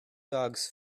dogs